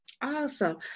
Awesome